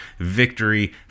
victory